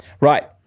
Right